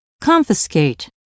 confiscate